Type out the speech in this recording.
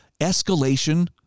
escalation